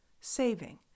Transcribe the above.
saving